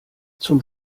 zum